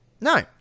No